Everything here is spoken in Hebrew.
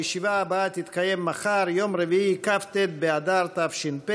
הישיבה הבאה תתקיים מחר, יום רביעי, כ"ט באדר תש"ף